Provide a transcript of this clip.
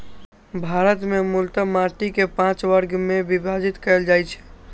भारत मे मूलतः माटि कें पांच वर्ग मे विभाजित कैल जाइ छै